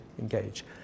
engage